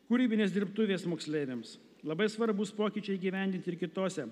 kūrybinės dirbtuvės moksleiviams labai svarbūs pokyčiai įgyvendinti ir kitose